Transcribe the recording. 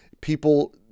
people